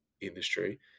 industry